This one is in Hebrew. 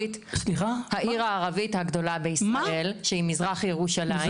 העיר הערבית הגדולה בישראל שהיא מזרח ירושלים.